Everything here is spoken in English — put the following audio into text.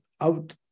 out